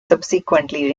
subsequently